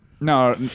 no